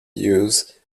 use